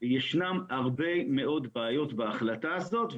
יש הרבה מאוד בעיות בהחלטה הזאת,